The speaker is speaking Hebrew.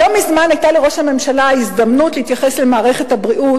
לא מזמן היתה לראש הממשלה הזדמנות להתייחס למערכת הבריאות